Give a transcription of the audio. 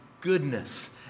goodness